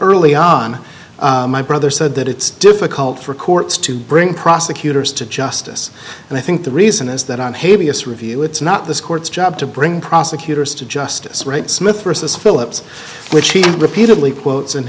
early on my brother said that it's difficult for courts to bring prosecutors to justice and i think the reason is that on hay vs review it's not the court's job to bring prosecutors to justice right smith versus phillips which he repeatedly quotes